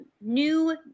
new